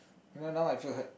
now I feel hurt